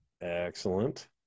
Excellent